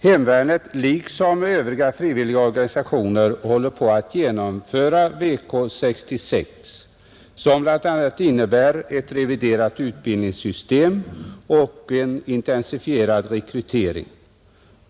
Hemvärnet — liksom övriga frivilliga organisationer — håller på att genomföra VK 66, som bl.a. innebär ett reviderat utbildningssystem och en intensifierad rekrytering.